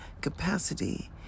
capacity